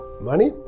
money